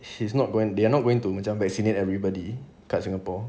he's not going they are not going to macam vaccinate everybody kat singapore